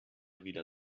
wieder